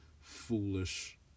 foolish